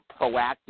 proactive